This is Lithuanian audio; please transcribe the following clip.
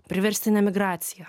priverstinė migracija